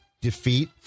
defeat